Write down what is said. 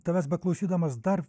tavęs beklausydamas dar